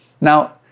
Now